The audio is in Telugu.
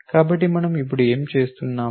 కాబట్టి మనం ఇప్పుడు ఏమి చేస్తున్నాము